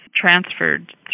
transferred